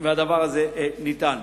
והדבר הזה ניתן.